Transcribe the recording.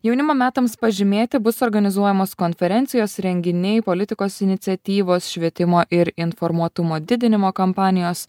jaunimo metams pažymėti bus organizuojamos konferencijos renginiai politikos iniciatyvos švietimo ir informuotumo didinimo kampanijos